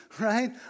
right